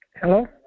Hello